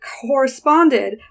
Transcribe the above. corresponded